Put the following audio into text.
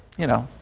you know.